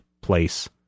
place